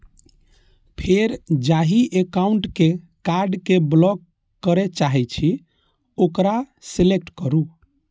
फेर जाहि एकाउंटक कार्ड कें ब्लॉक करय चाहे छी ओकरा सेलेक्ट करू